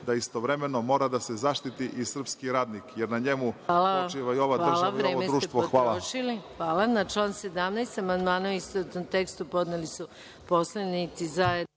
da istovremeno mora da se zaštiti i srpski radnik, jer na njemu počiva i ova država i ovo društvo. Hvala. **Maja Gojković** Hvala. Na član 17. amandmane u istovetnom tekstu podneli su poslanici zajedno